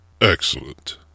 Excellent